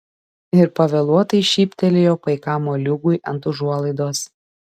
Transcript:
ir pavėluotai šyptelėjo paikam moliūgui ant užuolaidos